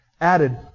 added